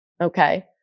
okay